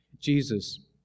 Jesus